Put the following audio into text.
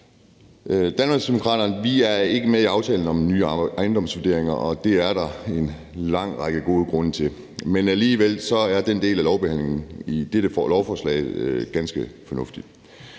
Danmarksdemokraterne er ikke med i aftalen om nye ejendomsvurderinger, og det er der en lang række gode grunde til, men alligevel er den del af lovbehandlingen i dette lovforslag ganske fornuftig.